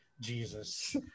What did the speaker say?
Jesus